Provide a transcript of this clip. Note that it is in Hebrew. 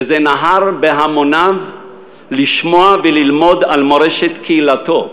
וזה נהר בהמוניו לשמוע וללמוד על מורשת קהילתו,